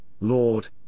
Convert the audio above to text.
Lord